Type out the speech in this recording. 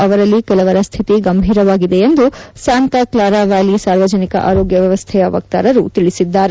ಅವರಲ್ಲಿ ಕೆಲವರ ಸ್ಥಿತಿ ಗಂಭೀರವಾಗಿದೆ ಎಂದು ಸಂತಾ ಕ್ಲಾರಾ ವ್ಯಾಲಿ ಸಾರ್ವಜನಿಕ ಆರೋಗ್ಯ ವ್ಯವಸ್ಥೆಯ ವಕ್ತಾರರು ತಿಳಿಸಿದ್ದಾರೆ